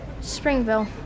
Springville